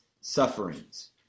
sufferings